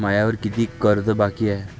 मायावर कितीक कर्ज बाकी हाय?